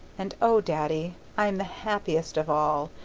and oh, daddy! i'm the happiest of all!